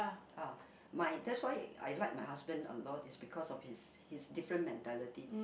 ah my that's why I like my husband a lot is because of his his different mentality